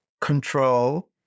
control